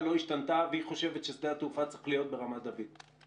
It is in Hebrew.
לא השתנתה והיא חושבת ששדה התעופה צריך להיות ברמת דוד.